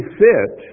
fit